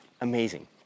amazing